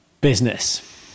business